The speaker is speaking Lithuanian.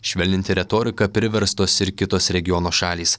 švelninti retoriką priverstos ir kitos regiono šalys